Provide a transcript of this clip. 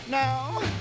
now